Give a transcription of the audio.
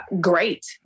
great